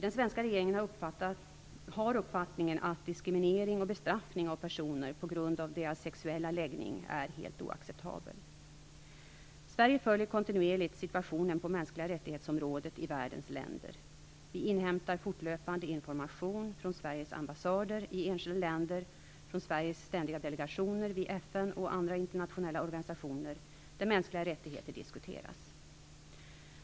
Den svenska regeringen har uppfattningen att diskriminering och bestraffning av personer på grund av deras sexuella läggning är helt oacceptabel. Sverige följer kontinuerligt situationen på mänskliga rättighetsområdet i världens länder. Vi inhämtar fortlöpande information från Sveriges ambassader i enskilda länder, från Sveriges ständiga delegationer vid FN och andra internationella organisationer där mänskliga rättigheter diskuteras.